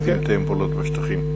והייתי מתאם פעולות בשטחים.